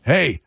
Hey